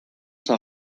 sont